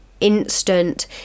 instant